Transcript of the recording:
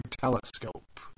telescope